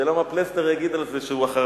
השאלה, מה יגיד על זה מר פלסנר, שהוא אחרי.